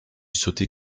sauter